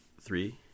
Three